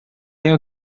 tem